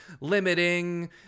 limiting